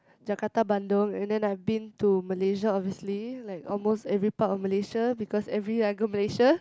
Jakarta Bandung and then I've been to Malaysia obviously like almost every part of Malaysia because every year I go Malaysia